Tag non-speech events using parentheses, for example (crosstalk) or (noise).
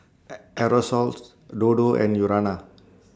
(hesitation) Aerosoles Dodo and Urana